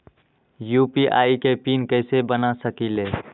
UPI के PIN कैसे बना सकीले?